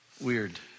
Weird